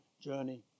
journey